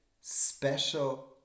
special